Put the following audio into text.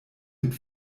mit